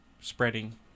spreading